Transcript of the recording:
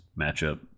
matchup